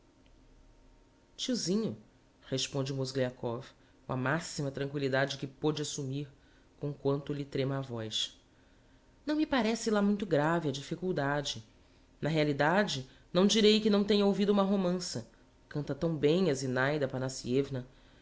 tiozinho responde o mozgliakov com a maxima tranquilidade que pôde assumir com quanto lhe trema a voz não me parece lá muito grave a dificuldade na realidade não direi que não tenha ouvido uma romança canta tão bem